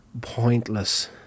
pointless